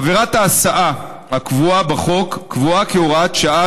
עבירת ההסעה הקבועה בחוק קבועה כהוראת שעה